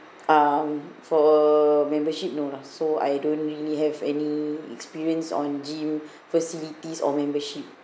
um for membership no lah so I don't really have any experience on gym facilities or membership